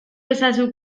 ezazu